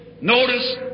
Notice